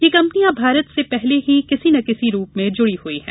ये कंपनियां भारत से पहले ही किसी न किसी रूप में जुड़ी हैं